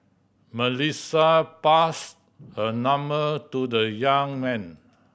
Melissa passed her number to the young man